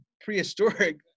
prehistoric